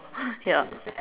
ya